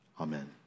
Amen